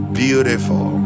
beautiful